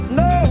no